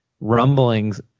rumblings